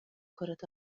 كرة